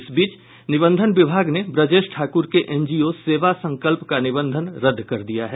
इस बीच निबंधन विभाग ने ब्रजेश ठाकूर के एनजीओ सेवा संकल्प का निबंधन रद्द कर दिया है